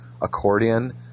accordion